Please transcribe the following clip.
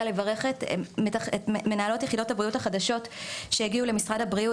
לברך את מנהלות יחידות הבריאות החדשות שהגיעו למשרד הבריאות,